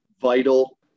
vital